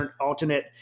alternate